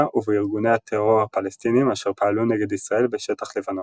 ובארגוני הטרור הפלסטיניים אשר פעלו נגד ישראל בשטח לבנון.